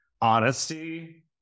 honesty